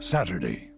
Saturday